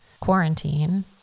quarantine